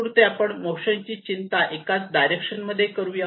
तात्पुरते आपण मोशन ची चिंता एकाच डायरेक्शन मध्ये करूया